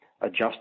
Adjust